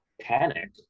panic